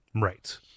right